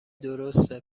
درسته